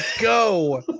go